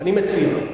אני מציע,